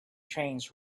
trains